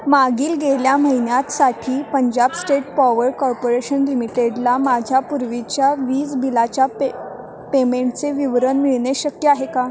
मागील गेल्या महिन्यातसाठी पंजाब स्टेट पॉवर कॉर्पोरेशन लिमिटेडला माझ्या पूर्वीच्या वीज बिलाच्या पे पेमेंटचे विवरण मिळणे शक्य आहे का